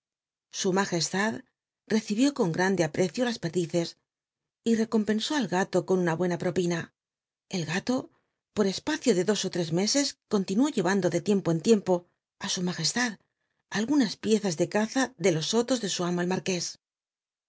su nwjcstad j'tcibió con grande aprecio las perdices y recompensó al galo con una buena propina el gato por c pac o de dos ó tres meses continuó llevando de tiempo en tiempo it s m al guna piezas de caza de lns sotos de su amo el marqués